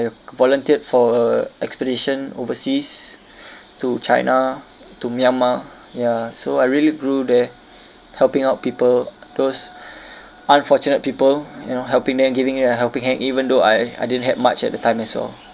I volunteered for expedition overseas to china to myanmar ya so I really grew there helping out people those unfortunate people you know helping them giving them a helping hand even though I I didn't have much at the time as well